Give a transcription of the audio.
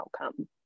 outcome